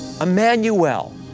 Emmanuel